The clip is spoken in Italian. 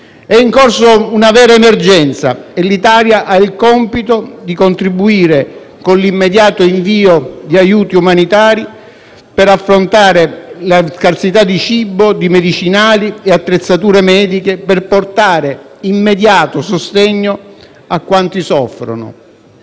È in corso una vera emergenza e l'Italia ha il compito di contribuire con l'immediato invio di aiuti umanitari per affrontare la scarsità di cibo, di medicinali e attrezzature mediche per portare immediato sostegno a quanti soffrono,